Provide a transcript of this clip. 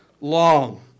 long